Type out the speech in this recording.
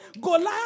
Goliath